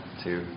two